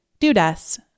Dudas